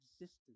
existence